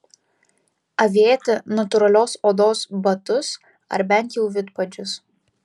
avėti natūralios odos batus ar bent jau vidpadžius